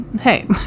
Hey